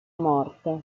morte